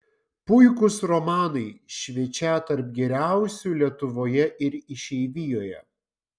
puikūs romanai šviečią tarp geriausių lietuvoje ir išeivijoje